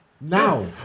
Now